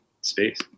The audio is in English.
space